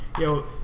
yo